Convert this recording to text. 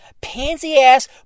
pansy-ass